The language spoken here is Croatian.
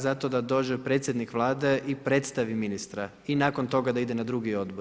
Zato da dođe predsjednik Vlade i predstavi ministra i nakon toga da ide na drugi odbor.